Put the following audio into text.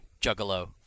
Juggalo